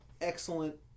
excellent